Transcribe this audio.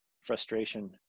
frustration